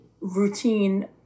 routine